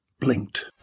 blinked